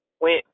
went